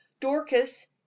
dorcas